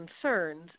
concerns